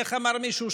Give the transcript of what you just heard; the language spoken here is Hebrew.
איך אמר מישהו?